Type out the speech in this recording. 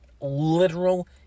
literal